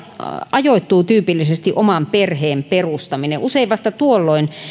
ajoittuu tyypillisesti oman perheen perustaminen usein vasta tuolloin